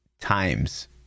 times